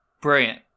Brilliant